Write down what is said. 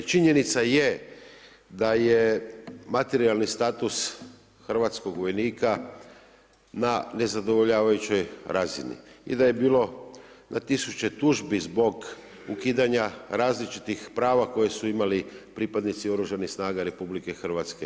Činjenica je da je materijalni status hrvatskog vojnika na nezadovoljavajućoj razini i da je bilo na tisuće tužbi zbog ukidanja različitih prava koje su imali pripadnici Oružanih snaga RH.